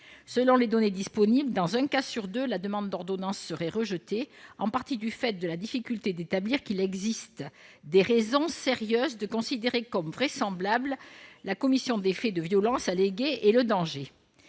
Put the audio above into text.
Selon les données disponibles, dans un cas sur deux, la demande d'ordonnance serait rejetée, en partie du fait de la difficulté d'établir l'existence de « raisons sérieuses » de considérer comme vraisemblable la commission des faits de violences allégués et le danger.